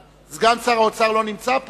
כי סגן שר האוצר לא נמצא פה.